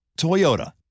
Toyota